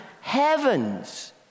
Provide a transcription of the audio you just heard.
Heavens